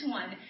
one